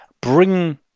bring